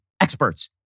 experts